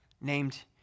Named